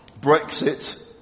Brexit